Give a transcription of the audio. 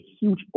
huge